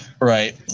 right